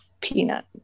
peanut